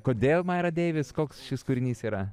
kodėl maira deivis koks šis kūrinys yra